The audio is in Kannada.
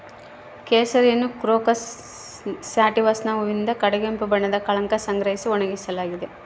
ಕೇಸರಿಯನ್ನುಕ್ರೋಕಸ್ ಸ್ಯಾಟಿವಸ್ನ ಹೂವಿನಿಂದ ಕಡುಗೆಂಪು ಬಣ್ಣದ ಕಳಂಕ ಸಂಗ್ರಹಿಸಿ ಒಣಗಿಸಲಾಗಿದೆ